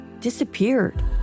disappeared